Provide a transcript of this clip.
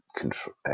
control